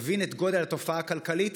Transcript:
נבין את גודל התופעה הכלכלית,